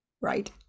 right